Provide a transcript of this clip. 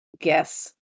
guess